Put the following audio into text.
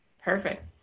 Perfect